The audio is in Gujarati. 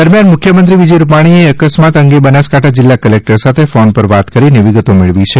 દરમ્યાન મુખ્યમંત્રી શ્રી વિજયભાઇ રૂપાણીએ અકસ્માત અંગે બનાસકાંઠા જિલ્લા કલેકટર સાથે ફોન પર વાત કરીને વિગતો મેળવી છે